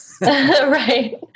Right